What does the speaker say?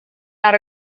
not